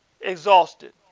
exhausted